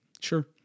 sure